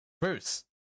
Bruce